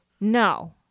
No